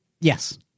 Yes